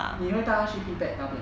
你会带它去 pee pad 大便啊